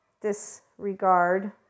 disregard